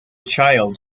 child